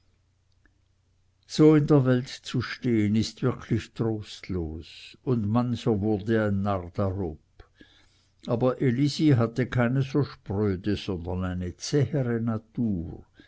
so in der welt zu stehen ist wirklich trostlos und mancher wurde ein narr darob aber elisi hatte keine so spröde sondern eine zähere natur